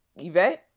event